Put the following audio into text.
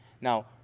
Now